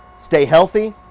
stay healthy.